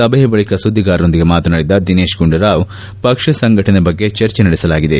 ಸಭೆಯ ಬಳಿಕ ಸುದ್ದಿಗಾರರೊಂದಿಗೆ ಮಾತನಾಡಿದ ದಿನೇಶ್ ಗುಂಡೂರಾವ್ ಪಕ್ಷ ಸಂಘಟನೆ ಬಗ್ಗೆ ಚರ್ಚೆ ನಡೆಸಲಾಗಿದೆ